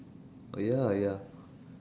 ya ya